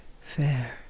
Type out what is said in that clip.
fair